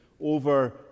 over